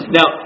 Now